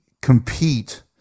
compete –